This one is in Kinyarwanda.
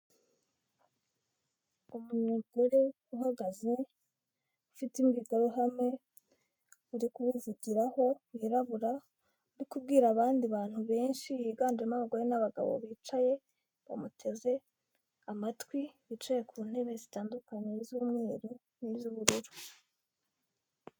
Umugore uhagaze ufite imbwirwaruhame uri kuyivugiraho wirabura, uri kubwira abandi bantu benshi higanjemo abagore n'abagabo bicaye bamuteze amatwi, bicaye ku ntebe zitandukanye z'umweru n'izo ubururu.